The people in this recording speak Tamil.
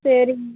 சரிங்க